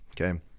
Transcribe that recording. Okay